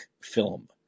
film